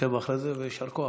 עוקב אחרי זה, ויישר כוח,